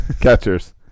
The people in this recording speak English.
Catchers